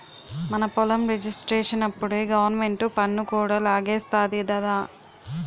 మన పొలం రిజిస్ట్రేషనప్పుడే గవరమెంటు పన్ను కూడా లాగేస్తాది దద్దా